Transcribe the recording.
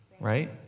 right